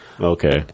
Okay